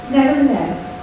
Nevertheless